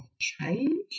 change